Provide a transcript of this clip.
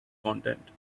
content